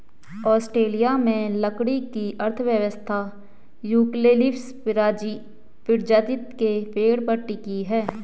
Australia में लकड़ी की अर्थव्यवस्था यूकेलिप्टस प्रजाति के पेड़ पर टिकी है